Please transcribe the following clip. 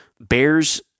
bears